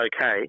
okay